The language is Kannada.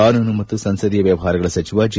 ಕಾನೂನು ಮತ್ತು ಸಂಸದೀಯ ವ್ಯವಹಾರಗಳ ಸಚಿವ ಜೆ